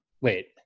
Wait